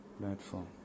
platform